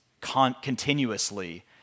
continuously